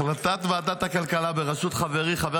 החלטת ועדת הכלכלה בראשות חברי חבר